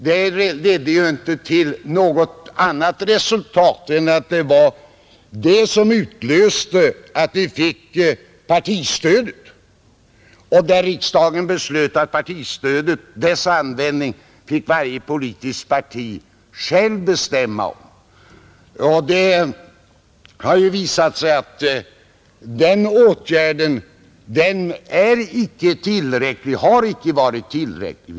Det ledde inte till något annat resultat än att vi fick partistödet, varvid riksdagen beslöt att partistödets användning fick varje politiskt parti självt bestämma över. Det har emellertid visat sig att den åtgärden icke har varit tillräcklig.